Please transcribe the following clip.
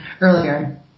earlier